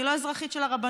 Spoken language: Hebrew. אני לא אזרחית של הרבנות.